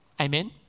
Amen